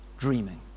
Dreaming